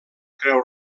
creu